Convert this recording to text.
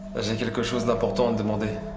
doesn't get a coach was not popped on demo day